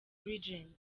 legends